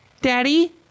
Daddy